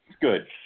good